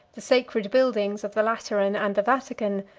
the sacred buildings of the lateran and the vatican,